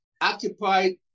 occupied